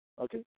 okay